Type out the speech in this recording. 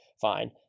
fine